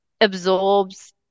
absorbs